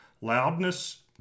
Loudness